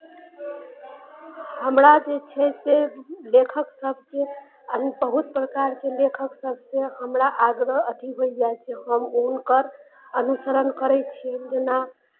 हमरा जे छै से लेखक सभके बहुत प्रकारके लेखक सभसँ हमरा आग्रह अथी होइए जे हम हुनकर अनुसरण करै छियनि जेना